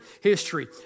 history